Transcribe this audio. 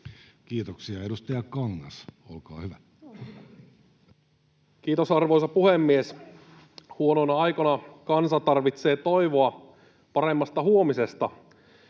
Kiitoksia. — Edustaja Kangas, olkaa hyvä. Kiitos, arvoisa puhemies! Huonoina aikoina kansa tarvitsee toivoa paremmasta huomisesta.